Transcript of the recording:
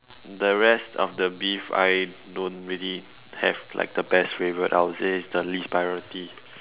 the rest of the beef I don't really have like the best favourite I would say is the least priority